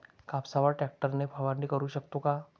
कापसावर ट्रॅक्टर ने फवारणी करु शकतो का?